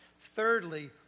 Thirdly